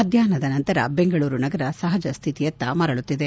ಮಧ್ಯಾಹ್ನದ ನಂತರ ಬೆಂಗಳೂರು ನಗರ ಸಹಜಸ್ಟಿತಿಯತ್ತ ಮರಳುತ್ತಿದೆ